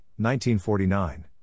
1949